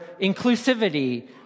inclusivity